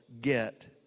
get